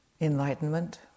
enlightenment